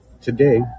Today